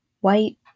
white